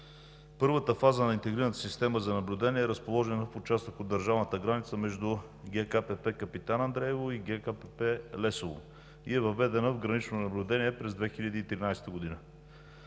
Първата фаза на интегрираната система за наблюдение е разположена в участък от държавната граница между ГКПП Капитан Андреево и ГКПП Лесово и е въведена в гранично наблюдение през 2013 г.